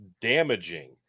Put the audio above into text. damaging